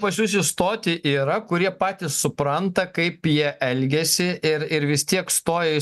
pas jus įstoti yra kurie patys supranta kaip jie elgiasi ir ir vis tiek stoja į